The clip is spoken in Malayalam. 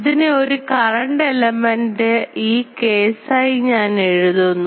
ഇതിനെ ഒരു കറൻറ് element ഈ കെസായി ഞാൻ എഴുതുന്നു